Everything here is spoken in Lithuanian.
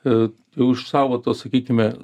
a už savo to sakykime